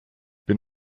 bin